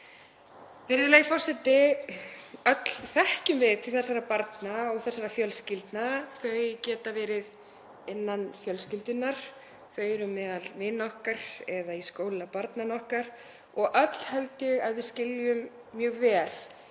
Virðulegi forseti. Öll þekkjum við til þessara barna og þessara fjölskyldna. Þau geta verið innan fjölskyldunnar, þau eru meðal vina okkar eða í skóla barnanna okkar og öll held ég að við skiljum mjög vel